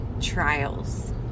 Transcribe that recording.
trials